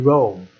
Rome